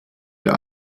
der